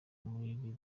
muri